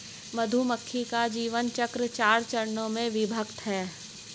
मधुमक्खी का जीवन चक्र चार चरणों में विभक्त है